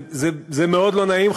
זה מאוד לא נעים.